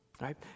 right